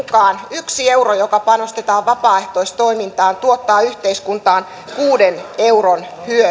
yksi euro joka panostetaan vapaaehtoistoimintaan tuottaa yhteiskuntaan kuuden euron